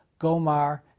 Gomar